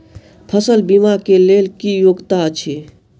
फसल बीमा केँ लेल की योग्यता अछि?